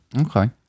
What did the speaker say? Okay